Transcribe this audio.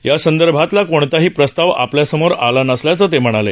यासंदर्भातला कोणताही प्रस्ताव आपल्यासमोर आला नसल्याचं ते म्हणाले